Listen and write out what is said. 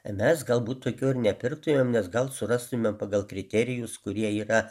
mes galbūt tokio ir nepirktuėm nes gal surastume pagal kriterijus kurie yra